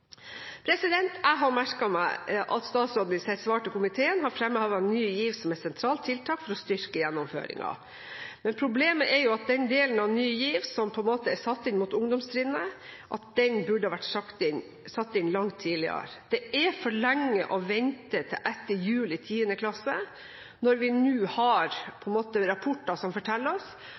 Jeg har merket meg at statsråden i sitt svar til komiteen har fremhevet Ny GIV som et sentralt tiltak for å styrke gjennomføringen. Men problemet er at den delen av Ny GIV som er satt inn mot ungdomstrinnet, burde ha vært satt inn langt tidligere. Det er for lenge å vente til etter jul i 10. klasse når vi nå har rapporter som forteller oss